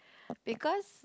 because